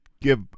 give